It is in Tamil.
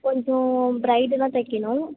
கொஞ்சம் பிரைடலாக தைக்கணும்